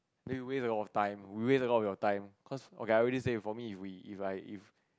then we waste a lot of time we waste a lot of your time cause okay I already say for me if we if I if